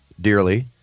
dearly